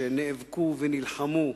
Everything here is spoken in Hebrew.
שנאבקו ונלחמו,